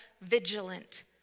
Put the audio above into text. vigilant